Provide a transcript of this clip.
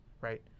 right